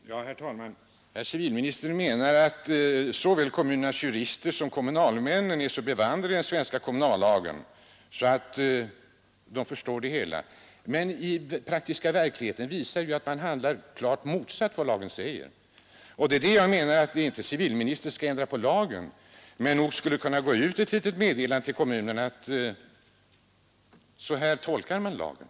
Herr talman! Civilministern menar att såväl kommunernas jurister som kommunalmännen är så bevandrade i den svenska kommunallagen att de förstår dessa frågor, men den praktiska verkligheten visar ju att man handlar rakt emot vad lagen föreskriver. Jag menar inte att civilministern skall ändra på lagen, men nog skulle det väl kunna gå ut ett litet meddelande till kommunerna om att så och så skall lagen tolkas.